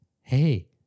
hey